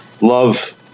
love